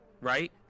right